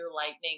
Lightning